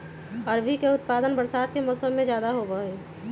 अरबी के उत्पादन बरसात के मौसम में ज्यादा होबा हई